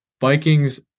Vikings